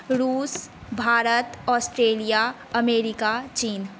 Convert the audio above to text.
रुस Bharat Australia America चीन